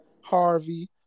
harvey